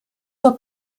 zur